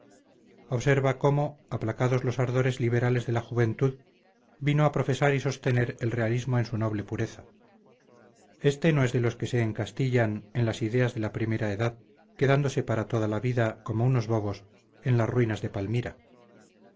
observa cómo aplacados los ardores liberales de la juventud vino a profesar y sostener el realismo en su noble pureza este no es de los que se encastillan en las ideas de la primera edad quedándose para toda la vida como unos bobos en las ruinas de palmira